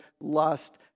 lust